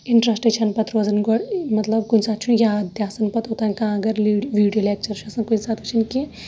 interest چھَنہٕ پَتہٕ روزان گۄڈٕ مطلب کُنہِ ساتہٕ چھُنہٕ پَتہٕ یاد تہٕ آسان پَتہٕ اوٚتانۍ کانہہ اگر ویٖڈیو لیکچَر چھُ آسان کُنہِ ساتہٕ وٕچھان کیٚنٛہہ